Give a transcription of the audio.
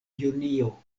junio